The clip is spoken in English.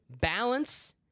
Balance